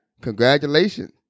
congratulations